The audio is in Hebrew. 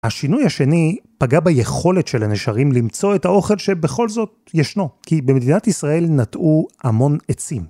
השינוי השני פגע ביכולת של הנשרים למצוא את האוכל שבכל זאת ישנו, כי במדינת ישראל נטעו המון עצים.